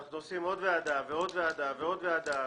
אנחנו עושים עוד ועדה ועוד ועדה ועוד ועדה.